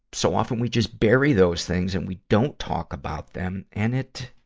so often we just bury those things and we don't talk about them. and it,